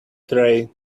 tray